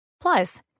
Plus